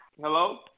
Hello